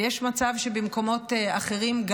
ויש מצב שגם במקומות אחרים,